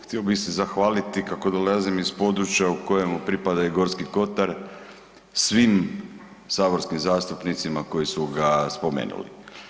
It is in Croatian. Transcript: Htio bih se zahvaliti kako dolazim iz područja u kojemu pripada i Gorski kotar, svim saborskim zastupnicima koji su ga spomenuli.